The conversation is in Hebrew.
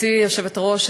גברתי היושבת-ראש,